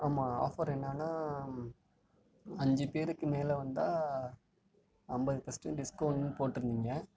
ஆமாம் ஆஃபர் என்னென்னா அஞ்சு பேருக்கு மேலே வந்தால் ஐம்பது பர்சண்டேஜ் டிஸ்கவுன்ட்டுன்னு போட்டுருந்திங்க